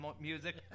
music